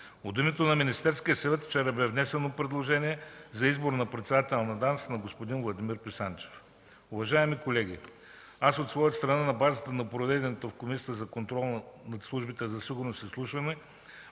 името на Министерския съвет вчера бе внесено предложение за избор на председател на ДАНС на господин Владимир Писанчев. Уважаеми колеги, аз от своя страна, на база на проведеното в Комисията за контрол над службите за сигурност изслушване,